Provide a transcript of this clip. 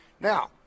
Now